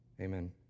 Amen